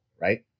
right